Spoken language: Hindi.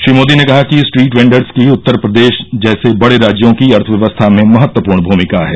श्री मोदी ने कहा कि स्ट्रीट वेंडर्स की उत्तर प्रदेश जैसे बड़े राज्यों की अर्थव्यवस्था में महत्वपूर्ण भूमिका है